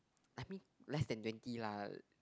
I mean less than twenty lah